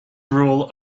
rule